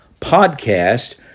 podcast